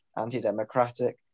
anti-democratic